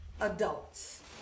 adults